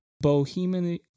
Bohemian